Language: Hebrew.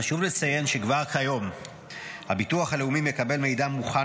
חשוב לציין שכבר כיום הביטוח הלאומי מקבל מידע מוכן